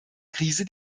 krise